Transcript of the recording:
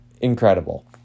incredible